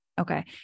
Okay